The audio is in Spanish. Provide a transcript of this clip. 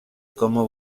cómo